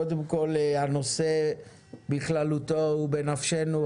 קודם כל הנושא בכללותו הוא בנפשנו,